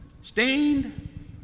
stained